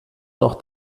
noch